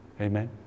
Amen